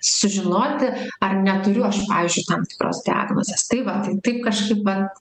sužinoti ar neturiu aš pavyzdžiui tam tikros diagnozės tai va tai taip kaižkaip vat